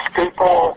people